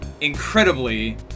incredibly